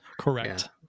Correct